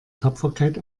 tapferkeit